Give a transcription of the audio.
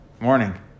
Morning